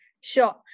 Sure